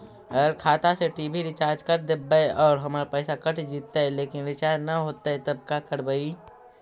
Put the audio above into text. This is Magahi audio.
अगर खाता से टी.वी रिचार्ज कर देबै और हमर पैसा कट जितै लेकिन रिचार्ज न होतै तब का करबइ?